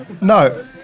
No